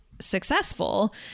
successful